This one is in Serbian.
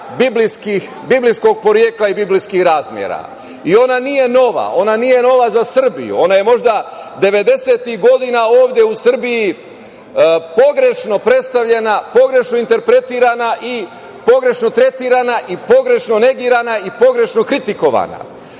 biblijskog porekla i biblijskih razmera i ona nije nova. Ona nije nova za Srbiju. Ona je možda devedesetih godina ovde u Srbiji pogrešno predstavljena, pogrešno interpretirana, pogrešno tretirana i pogrešno negirana i pogrešno kritikovana.